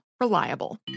reliable